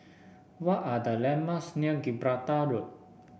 what are the landmarks near Gibraltar Road